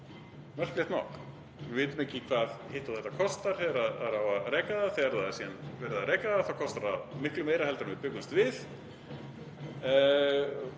merkilegt nokk. Við vitum ekki hvað hitt og þetta kostar þegar á að reka það, þegar það er síðan verið að reka það kostar það miklu meira en við bjuggumst við.